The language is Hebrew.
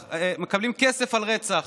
כסף על רצח.